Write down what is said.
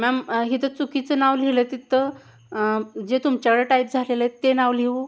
ma'am इथं चुकीचं नाव लिहिलं तिथं जे तुमच्याकडे टाईप झालेलं आहे ते नाव लिहू